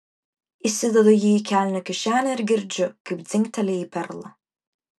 įsidedu jį į kelnių kišenę ir girdžiu kaip dzingteli į perlą